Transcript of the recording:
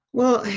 well,